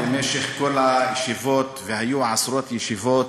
באמת, במשך כל הישיבות, והיו עשרות ישיבות,